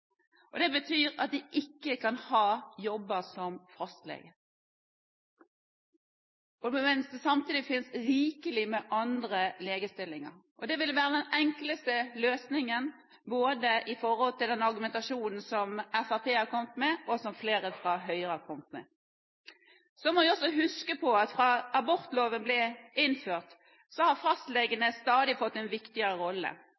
Det betyr at de ikke kan ha jobb som fastlege når det samtidig finnes rikelig med andre legestillinger. Det ville være den enkleste løsningen med tanke på den argumentasjonen som både Fremskrittspartiet og flere fra Høyre har kommet med. Så må vi også huske på at siden abortloven ble innført, har fastlegene stadig fått en viktigere rolle.